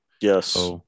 yes